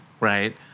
right